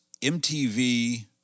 MTV